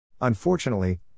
Unfortunately